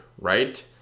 right